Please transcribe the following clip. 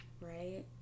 Right